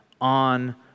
on